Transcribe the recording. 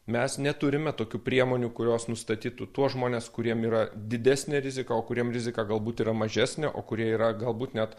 mes neturime tokių priemonių kurios nustatytų tuos žmones kuriem yra didesnė rizika o kuriem rizika galbūt yra mažesnė o kurie yra galbūt net